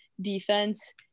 defense